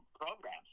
Programs